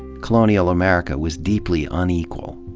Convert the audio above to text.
colonial america was deeply unequal.